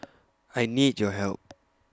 I need your help